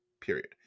Period